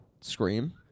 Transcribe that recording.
scream